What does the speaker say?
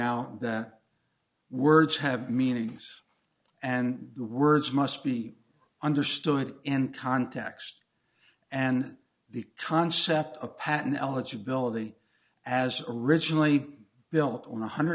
out that words have meanings and the words must be understood in context and the concept of pattern eligibility as originally built on one hundred